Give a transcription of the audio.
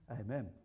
Amen